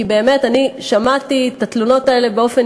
כי אני באמת שמעתי את התלונות האלה באופן